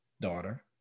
daughter